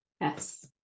Yes